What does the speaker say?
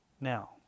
Now